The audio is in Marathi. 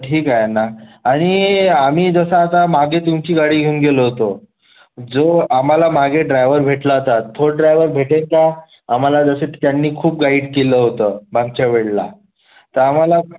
ठीक आहे ना आणि आम्ही जसं आता मागे तुमची गाडी घेऊन गेलो होतो जो आम्हाला मागे ड्रायवर भेटला ता तो ड्रायवर भेटेल का आम्हाला जसे त्यांनी खूप गाईट केलं होतं मागच्या वेळला तर आम्हाला